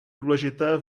důležité